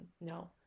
no